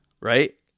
Right